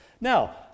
Now